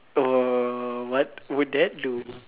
err what would that do